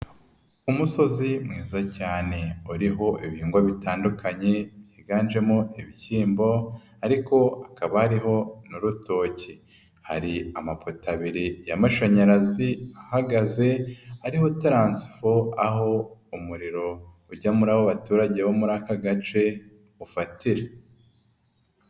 Umusozi mwiza cyane uriho ibihingwa bitandukanye byiganjemo ibishyimbo ariko hakaba hariho n'urutoki, hari amapoto abiri y'amashanyarazi ahahagaze, ariho transifo aho umuriro ujya muri abo abaturage bo muri aka gace ufatira.